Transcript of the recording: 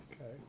Okay